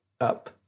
Up